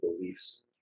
beliefs